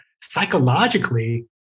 psychologically